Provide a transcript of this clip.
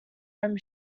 them